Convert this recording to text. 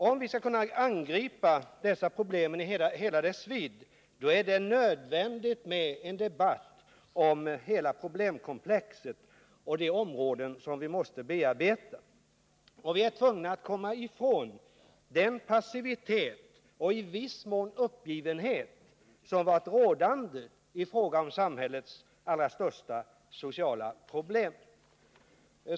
Om vi skall kunna angripa problemen i hela deras vidd är det nödvändigt med en debatt om hela problemkomplexet och om de områden som vi måste bearbeta. Vi är tvungna att komma ifrån den passivitet och i viss mån uppgivenhet som varit rådande i fråga om detta samhällets allra största sociala problem.